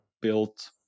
built